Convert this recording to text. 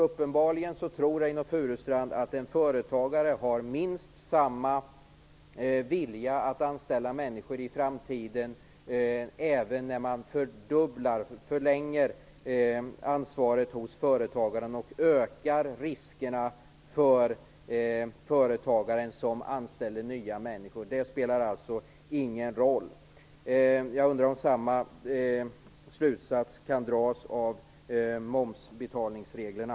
Uppenbarligen tror han att en företagare har minst samma vilja att anställa människor i framtiden, även när man fördubblar och förlänger företagarens ansvar och ökar riskerna för den som anställer nya människor. Det spelar alltså ingen roll. Jag undrar om samma slutsats kan dras när det gäller momsbetalningsreglerna.